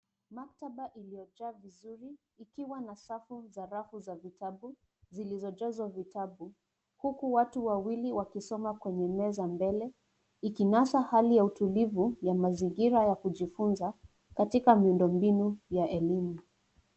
Maktaba iliyojaa vizuri ikiwa na safu za rafu za vitabu zilizojazwa vitabu huku watu wawili wakisoma kwenye meza mbele, ikinasa hali ya utulivu na mazingira ya kujifunza katika miundombinu ya elimu.